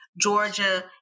Georgia